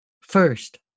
First